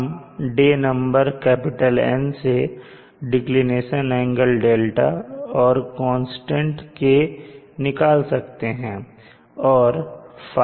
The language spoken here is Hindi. हम दे नंबर N से डिक्लिनेशन एंगल 𝛿 और कांस्टेंड k निकाल सकते हैं